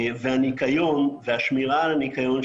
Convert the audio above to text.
והניקיון והשמירה על הניקיון,